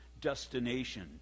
destination